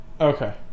Okay